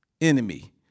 Enemy